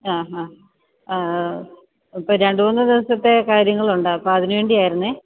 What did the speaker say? അ ഹാ അപ്പോൾ രണ്ടുമൂന്ന് ദിവസത്തെ കാര്യങ്ങൾ ഉണ്ട് അപ്പോൾ അതിനുവേണ്ടിയായിരുന്നു